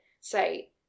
say